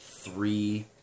three